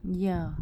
ya